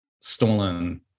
stolen